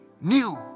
new